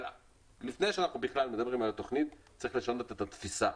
אבל לפני שאנחנו בכלל מדברים על התוכנית צריך לשנות את התפיסה.